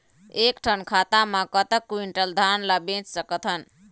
एक ठन खाता मा कतक क्विंटल धान ला बेच सकथन?